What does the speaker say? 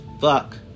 fuck